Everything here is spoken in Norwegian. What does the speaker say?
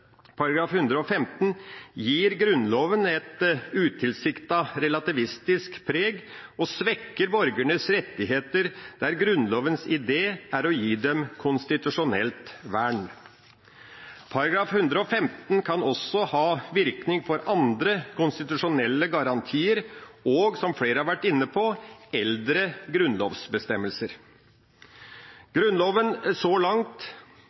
115 gir Grunnloven et utilsiktet relativistisk preg og svekker borgernes rettigheter der Grunnlovens idé er å gi dem konstitusjonelt vern. § 115 kan også ha virkning for andre konstitusjonelle garantier, og som flere har vært inne på: eldre grunnlovsbestemmelser. Grunnloven har så langt